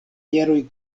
jaroj